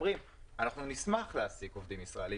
אומרים המסעדנים שהם ישמחו להעסיק עובדים ישראלים